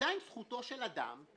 עדיין זכותו של אדם,